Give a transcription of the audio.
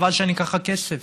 חבל שאני אקח לך כסף.